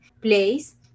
place